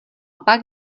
pak